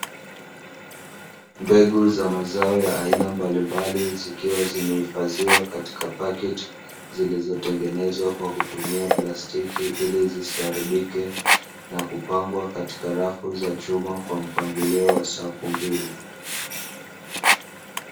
Mbegu za mazao ya aina mbalimbali zikiwa zimehifadhiwa katika paketi zilizotengenezwa kwa kutumia plastiki ilizisiharibike na kupangwa katika rafu za chuma kwa mpangilio wa safu mbili.